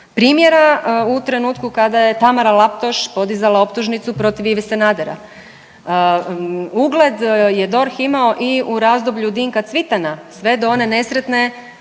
primjera u trenutku kada je Tamara Laptoš podizala optužnicu protiv Ive Sanadera. Ugled je DORH imao i u razdoblju Dinka Cvitana sve do one nesretne